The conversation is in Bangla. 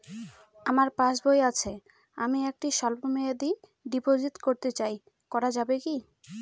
আমার পাসবই আছে আমি একটি স্বল্পমেয়াদি ডিপোজিট করতে চাই করা যাবে কি?